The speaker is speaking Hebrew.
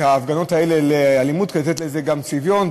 ההפגנות האלה לאלימות כדי לתת לזה צביון,